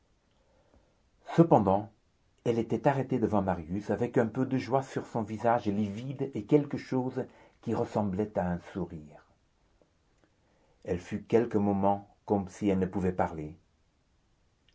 cependant elle était arrêtée devant marius avec un peu de joie sur son visage livide et quelque chose qui ressemblait à un sourire elle fut quelques moments comme si elle ne pouvait parler